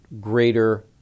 greater